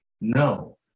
no